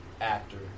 actor